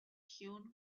hewn